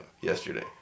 yesterday